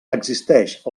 existeix